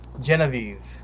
Genevieve